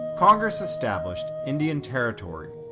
congress established indian territory,